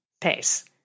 pace